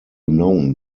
known